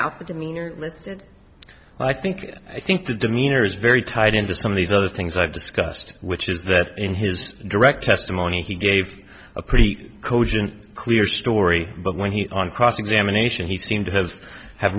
the demeanor listed i think i think the demeanor is very tied into some of these other things i've discussed which is that in his direct testimony he gave a pretty cogent clear story but when he on cross examination he seemed to have have